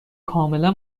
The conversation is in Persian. کاملا